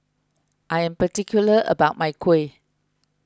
I am particular about my Kuih